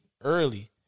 early